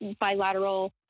bilateral